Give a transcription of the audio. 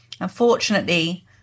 Unfortunately